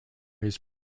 his